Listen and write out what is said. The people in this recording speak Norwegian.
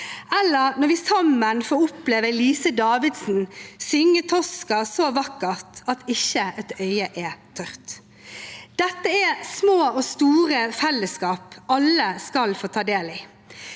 eller når vi sammen får oppleve Lise Davidsen synge Tosca så vakkert at ikke et øye er tørt. Dette er små og store fellesskap alle skal få ta del i.